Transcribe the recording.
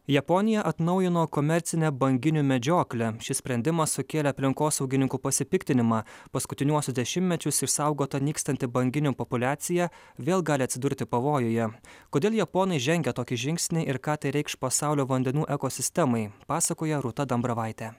japonija atnaujino komercinę banginių medžioklę šis sprendimas sukėlė aplinkosaugininkų pasipiktinimą paskutiniuosius dešimtmečius išsaugota nykstanti banginių populiacija vėl gali atsidurti pavojuje kodėl japonai žengia tokį žingsnį ir ką tai reikš pasaulio vandenų ekosistemai pasakoja rūta dambravaitė